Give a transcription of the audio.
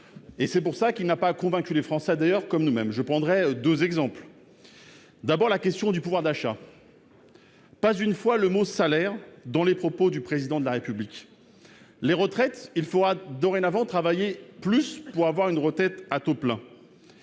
et c'est pour ça qu'il n'a pas convaincu les Français d'ailleurs, comme nous-mêmes, je prendrai 2 exemples d'abord la question du pouvoir d'achat, pas une fois le mot salaire dans les propos du président de la République, les retraites, il fera dorénavant travailler plus pour avoir une retraite à taux plein